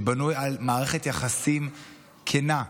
שבנוי על מערכת יחסים כנה.